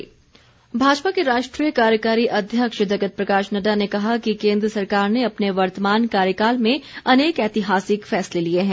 समारोह नड्डा भाजपा के राष्ट्रीय कार्यकारी अध्यक्ष जगत प्रकाश नड्डा ने कहा कि केन्द्र सरकार ने अपने वर्तमान कार्यकाल में अनेक ऐतिहासिक फैसले लिए हैं